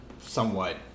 somewhat